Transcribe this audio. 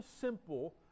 simple